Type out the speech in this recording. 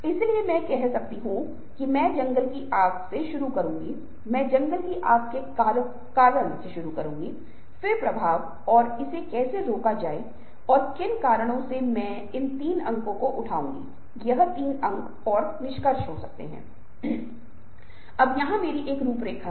और इसलिए आप पाते हैं कि एक अवसर पर वह पानी में नीचे देखता अपना स्वयं का प्रतिबिंब देखता है और वह इस पर इतना मोहित हो जाता है कि फिर कभी देखने का प्रबंधन नहीं करता है उस मिथक के अनुसार इस अभिशाप के कारण वह अभी भी पानी में दिखता है और समय के साथ वह रूपांतरित हो जाता है और एक छोटा और सुंदर फूल बन जाता है जिसे नरगिस का फूल कहते हैं